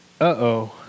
Uh-oh